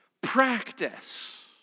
Practice